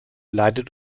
leidet